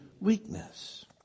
weakness